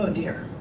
um dear.